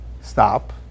Stop